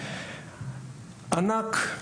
ענק,